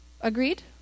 Agreed